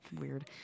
weird